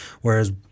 whereas